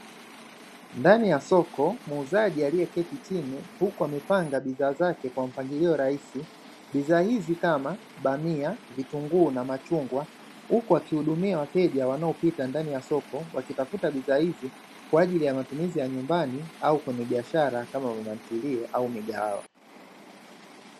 Ndani ya soko muuzaji aliyeketi chini huku amepanga bidhaa zake kwa mpangilio rahisi, bidhaa hizi kama bamia, vitunguu na machungwa huku akihudumia wateja wanaopita ndani ya soko wakitafuta bidhaa hizi kwa ajili ya matumizi ya nyumbani au kwenye biashara kama mamantilie au migahawa.